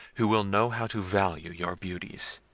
who will know how to value your beauties,